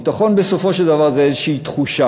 ביטחון, בסופו של דבר, זה איזושהי תחושה.